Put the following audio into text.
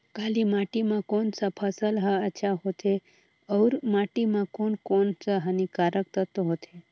काली माटी मां कोन सा फसल ह अच्छा होथे अउर माटी म कोन कोन स हानिकारक तत्व होथे?